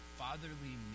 fatherly